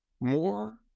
more